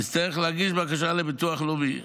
תצטרך להגיש בקשה לביטוח לאומי.